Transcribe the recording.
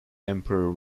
emperor